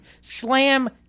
Slam